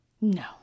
No